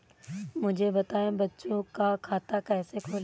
मुझे बताएँ बच्चों का खाता कैसे खोलें?